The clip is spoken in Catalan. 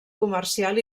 comercial